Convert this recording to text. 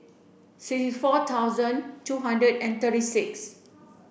sixty four thousand two hundred and thirty six